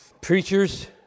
Preachers